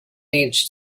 needs